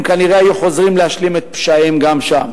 הם כנראה היו חוזרים להשלים את פשעיהם גם שם,